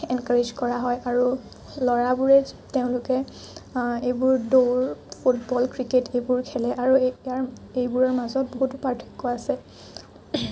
encourage কৰা হয় আৰু ল'ৰাবোৰে তেওঁলোকে এইবোৰ দৌৰ ফুটবল ক্ৰিকেট এইবোৰ খেলে আৰু ইয়াৰ এইবোৰৰ মাজত বহুতো পাৰ্থক্য আছে